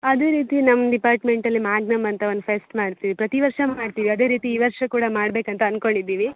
ಅದೇ ರೀತಿ ನಮ್ಮ ಡಿಪಾರ್ಟ್ಮೆಂಟಲ್ಲಿ ಮ್ಯಾಗ್ನಮ್ ಅಂತ ಒಂದು ಫೆಸ್ಟ್ ಮಾಡ್ತೀವಿ ಪ್ರತಿ ವರ್ಷ ಮಾಡ್ತೀವಿ ಅದೇ ರೀತಿ ಈ ವರ್ಷ ಕೂಡ ಮಾಡ್ಬೇಕು ಅಂತ ಅಂದ್ಕೊಂಡಿದ್ದೀವಿ